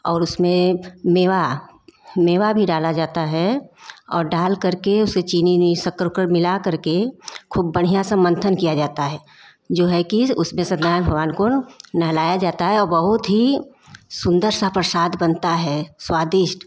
और उसमें मेवा मेवा भी डाला जाता है और डाल करके उसे चीनी ईनी शक्कर उक्कर मिला करके खूब बढ़िया सा मंथन किया जाता है जो है कि उसमें सत्य नारायण भगवान को नहलाया जाता है औ बहुत ही सुन्दर सा प्रसाद बनता है स्वादिष्ट